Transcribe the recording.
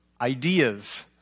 ideas